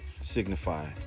signify